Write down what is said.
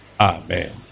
Amen